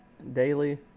daily